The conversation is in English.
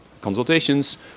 consultations